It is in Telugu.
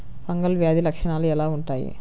ఫంగల్ వ్యాధి లక్షనాలు ఎలా వుంటాయి?